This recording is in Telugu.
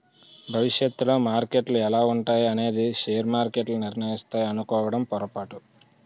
భవిష్యత్తులో మార్కెట్లు ఎలా ఉంటాయి అనేది షేర్ మార్కెట్లు నిర్ణయిస్తాయి అనుకోవడం పొరపాటు